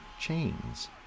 Chains